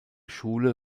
schule